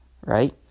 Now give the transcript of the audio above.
right